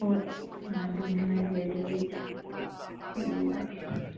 ꯍꯣꯏ ꯑꯗꯨꯅꯦ ꯍꯥꯏꯁꯦ ꯑꯗꯨ ꯑꯩ